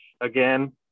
again